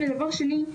ודבר שני,